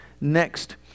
next